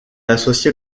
associé